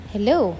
Hello